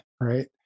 right